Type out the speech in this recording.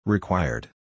Required